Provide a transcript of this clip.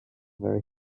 very